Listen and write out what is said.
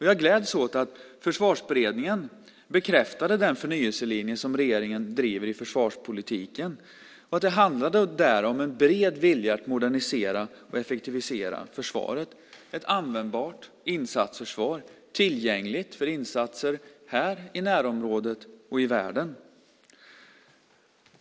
Jag gläds åt att Försvarsberedningen bekräftade den förnyelselinje som regeringen driver i försvarspolitiken, att det handlar om en bred vilja att modernisera och effektivisera försvaret - ett användbart insatsförsvar, tillgängligt för insatser här i närområdet och i världen.